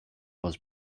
was